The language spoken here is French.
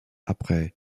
après